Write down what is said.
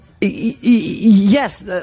yes